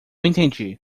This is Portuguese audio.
entendi